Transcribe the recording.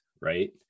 Right